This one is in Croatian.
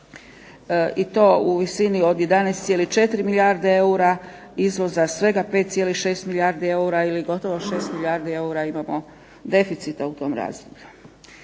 i to u visini od 11,4 milijarde eura, izvoza svega 5,6 milijardi eura ili gotovo 6 milijardi eura imamo deficita u tom razdoblju.